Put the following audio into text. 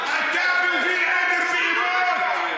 הרסת את כל הטיעונים שלך עכשיו בדיוק.